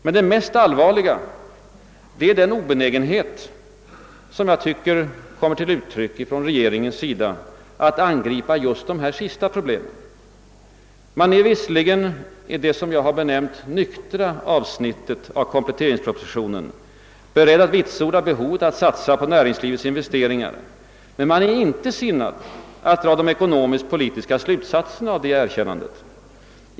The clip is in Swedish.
Men det mest allvarliga är den obenägenhet som jag tycker kommer till uttryck från regeringens sida att angripa just de sistnämnda problemen. Man är visserligen i det som jag benämnt nyktra avsnittet av kompletteringspropositionen beredd att vitsorda att man bör satsa på näringslivets investeringar men man är inte sinnad att dra de ekonomisk-politiska slutsatserna av det erkännandet.